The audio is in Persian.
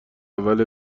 اول